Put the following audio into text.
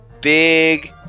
big